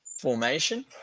formation